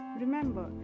remember